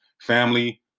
family